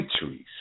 centuries